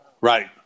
Right